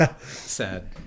Sad